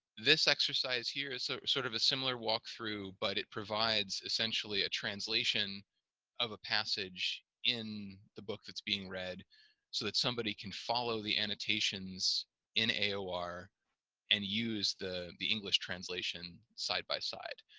this exercise here is so sort of a similar walkthrough but it provides essentially a translation of a passage in the book that's being read so that somebody can follow the annotations in aor and use the the english translation side-by-side.